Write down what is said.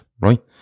right